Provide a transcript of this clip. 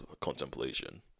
contemplation